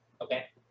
Okay